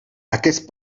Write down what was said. aquest